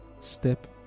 step